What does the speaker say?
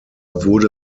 wurde